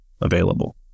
available